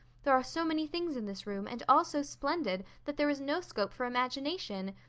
there are so many things in this room and all so splendid that there is no scope for imagination.